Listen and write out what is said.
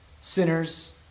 sinners